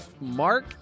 Mark